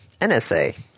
NSA